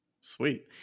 Sweet